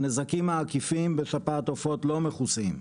הנזקים העקיפים בשפעת עופות לא מכוסים.